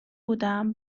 بودم